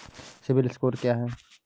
CIBIL score क्या है?